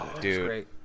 Dude